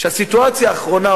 שהסיטואציה האחרונה,